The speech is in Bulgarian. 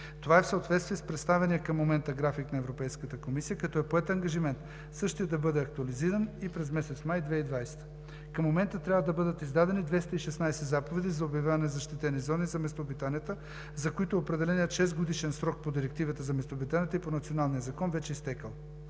Това е в съответствие с представения към момента график на Европейската комисия, като е поет ангажимент същият да бъде актуализиран и през месец май 2020 г. Към момента трябва да бъдат издадени 216 заповеди за обявяване на защитени зони за местообитанията, за които определеният шестгодишен срок по Директивата за местообитанията и по националния закон вече е изтекъл.